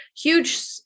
huge